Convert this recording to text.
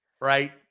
Right